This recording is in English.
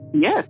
Yes